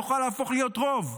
יוכל להפוך להיות רוב?